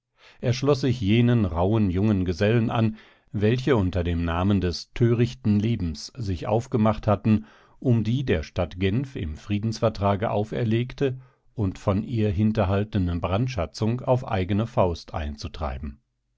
er schloß sich jenen rauhen jungen gesellen an welche unter dem namen des törichten lebens sich aufgemacht hatten um die der stadt genf im friedensvertrage auferlegte und von ihr hinterhaltene brandschatzung auf eigene faust einzutreiben